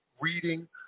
reading